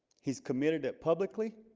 he's committed it publicly